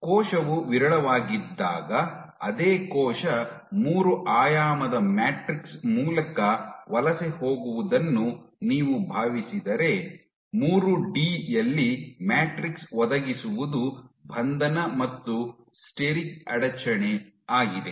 ಕೋಶವು ವಿರಳವಾಗಿದ್ದಾಗ ಅದೇ ಕೋಶ ಮೂರು ಆಯಾಮದ ಮ್ಯಾಟ್ರಿಕ್ಸ್ ಮೂಲಕ ವಲಸೆ ಹೋಗುವುದನ್ನು ನೀವು ಭಾವಿಸಿದರೆ ಮೂರು ಡಿ 3ಡಿ ಯಲ್ಲಿ ಮ್ಯಾಟ್ರಿಕ್ಸ್ ಒದಗಿಸುವದು ಬಂಧನ ಮತ್ತು ಸ್ಟೆರಿಕ್ ಅಡಚಣೆ ಆಗಿದೆ